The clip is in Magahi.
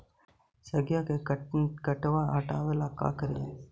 सगिया से किटवा हाटाबेला का कारिये?